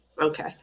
Okay